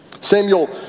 Samuel